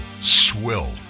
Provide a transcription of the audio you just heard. swill